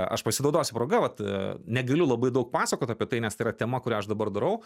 aš pasinaudosiu proga vat negaliu labai daug pasakot apie tai nes tai yra tema kurią aš dabar darau